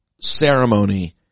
ceremony